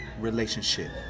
relationship